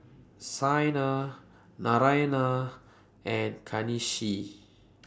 Saina Naraina and Kanshi